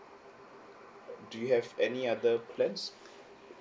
do you have any other plans